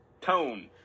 Tone